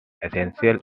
essential